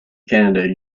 canada